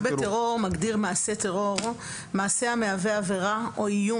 חוק המאבק בטרור מגדיר מעשה טרור: "מעשה המהווה עבירה או איום